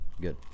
good